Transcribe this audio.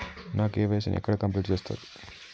నా కే.వై.సీ ని ఎక్కడ కంప్లీట్ చేస్తరు?